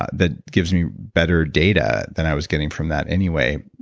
ah that gives me better data than i was getting from that anyway,